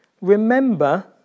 remember